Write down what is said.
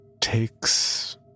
takes